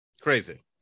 Crazy